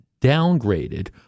downgraded